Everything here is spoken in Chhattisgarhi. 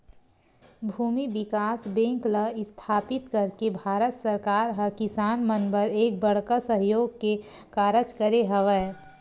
भूमि बिकास बेंक ल इस्थापित करके भारत सरकार ह किसान मन बर एक बड़का सहयोग के कारज करे हवय